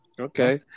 Okay